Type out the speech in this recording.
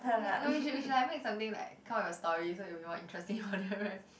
no no we should we should like make something like come up with a story so it will be more interesting for them right